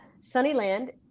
Sunnyland